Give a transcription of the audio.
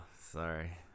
sorry